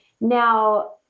Now